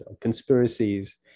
conspiracies